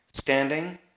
standing